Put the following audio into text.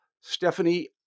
Stephanie